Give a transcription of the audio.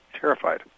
terrified